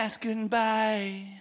Goodbye